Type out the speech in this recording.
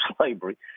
slavery